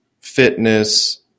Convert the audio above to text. fitness